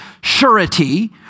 surety